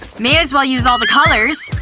may as well use all the colors.